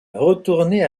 retourné